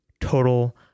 total